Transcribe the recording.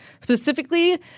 Specifically